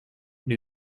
new